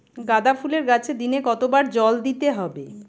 গাদা ফুলের গাছে দিনে কতবার জল দিতে হবে?